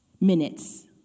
Minutes